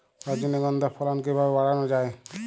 রজনীগন্ধা ফলন কিভাবে বাড়ানো যায়?